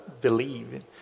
believe